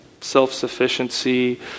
self-sufficiency